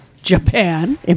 Japan